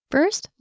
First